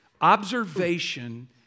Observation